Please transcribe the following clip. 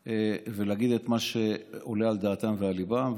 ולהגיד את מה שעולה על דעתם ועל ליבם,